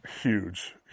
Huge